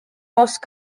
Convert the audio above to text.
most